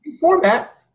Format